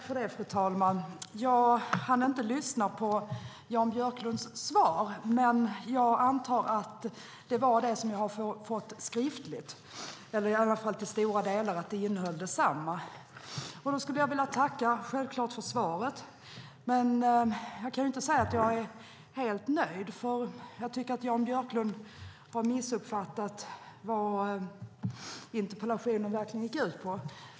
Fru talman! Jag ska självklart börja med att tacka för svaret, men jag kan inte säga att jag är helt nöjd. Jag tycker att Jan Björklund har missuppfattat vad interpellationen egentligen går ut på.